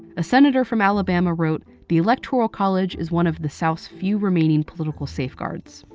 a senator from alabama wrote, the electoral college is one of the south's few remaining political safeguards.